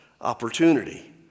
opportunity